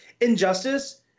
Injustice